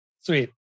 Sweet